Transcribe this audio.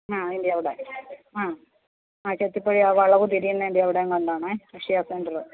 ആ അതിൻ്റെ അവിടെ ആ ആ ചെത്തിപ്പടി ആ വളവു തിരിയുന്നതിൻ്റെ അവിടെ എങ്ങാണ്ടാണേ അക്ഷയ സെൻ്ററ്